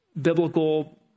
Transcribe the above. biblical